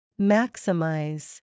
Maximize